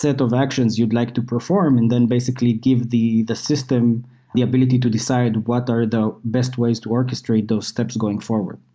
set of actions you'd like to perform and then basically give the the system the ability to decide what are the best ways to orchestrate those steps going forward.